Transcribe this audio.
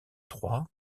trois